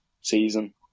season